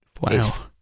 Wow